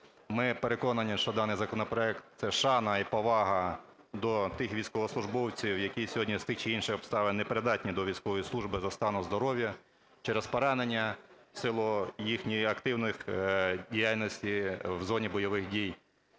Ми переконані, що даний законопроект – це шана і повага до тих військовослужбовців, які сьогодні з тих чи інших обставин не придатні до військової служби за станом здоров'я, через поранення в силу їхньої активної діяльності в зоні бойових дій